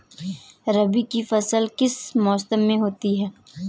रबी की फसल किस मौसम में होती है?